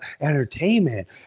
entertainment